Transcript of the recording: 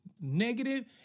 negative